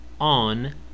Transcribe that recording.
on